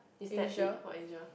is that it for Asia